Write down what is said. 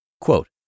Quote